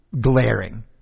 glaring